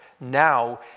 now